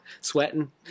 Sweating